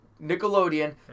Nickelodeon